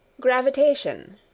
Gravitation